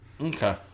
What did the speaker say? okay